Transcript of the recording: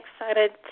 excited